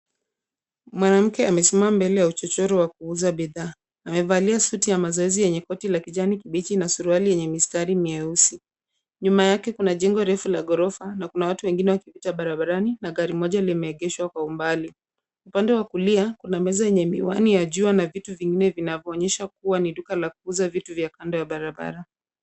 Mwanamke amesimama mbele ya uchochoro wa kuuza bidhaa. Amevalia suti ya mazoezi yenye koti la kijani kibichi na suruali yenye mistari mieusi. Nyuma yake kuna jengo refu la ghorofa na kuna watu wengi wakipita barabarani na gari moja limeegeshwa kwa umbali. Upande wa kulia kuna meza yenye miwani ya jua na vitu vingine vinavyoonyesha ni duka la kuuza vitu vya kando ya barabara.